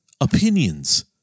opinions